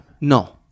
No